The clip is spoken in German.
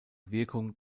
wirkung